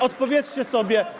Odpowiedzcie sobie.